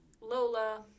Lola